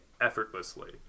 effortlessly